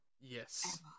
Yes